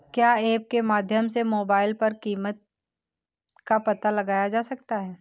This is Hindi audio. क्या ऐप के माध्यम से मोबाइल पर कीमत का पता लगाया जा सकता है?